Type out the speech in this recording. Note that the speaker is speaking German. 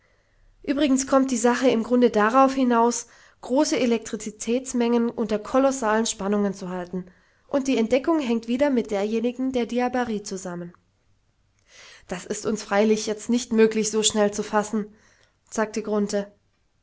übrigens kommt die sache im grunde darauf hinaus große elektrizitätsmengen unter kolossalen spannungen zu halten und die entdeckung hängt wieder mit derjenigen der diabarie zusammen das ist uns freilich jetzt nicht möglich so schnell zu fassen sagte